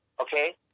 Okay